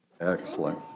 Excellent